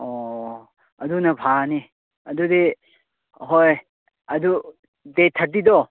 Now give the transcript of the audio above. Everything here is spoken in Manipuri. ꯑꯣ ꯑꯗꯨꯅ ꯐꯔꯅꯤ ꯑꯗꯨꯗꯤ ꯍꯣꯏ ꯑꯗꯨ ꯗꯦꯠ ꯊꯥꯔꯇꯤꯗꯣ